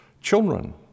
children